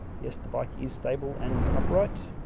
yes, the bike is stable and upright